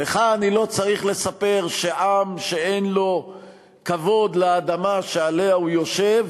לך אני לא צריך לספר שעם שאין לו כבוד לאדמה שעליה הוא יושב,